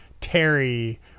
terry